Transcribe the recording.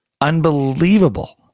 unbelievable